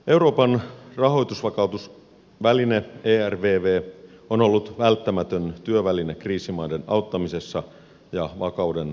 euroopan rahoitusvakausväline ervv on ollut välttämätön työväline kriisimaiden auttamisessa ja vakauden palauttamisessa